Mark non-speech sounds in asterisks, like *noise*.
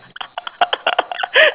*laughs*